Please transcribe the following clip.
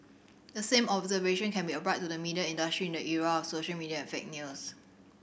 the same observation can be applied to the media industry in the era of social media and fake news